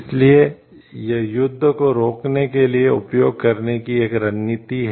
इसलिए यह युद्ध को रोकने के लिए उपयोग करने की एक रणनीति है